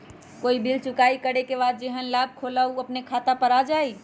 कोई बिल चुकाई करे के बाद जेहन लाभ होल उ अपने खाता पर आ जाई?